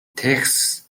texas